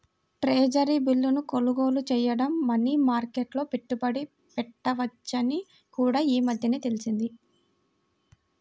treasury బిల్లును కొనుగోలు చేయడం మనీ మార్కెట్లో పెట్టుబడి పెట్టవచ్చని కూడా ఈ మధ్యనే తెలిసింది